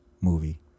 movie